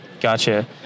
Gotcha